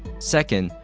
second,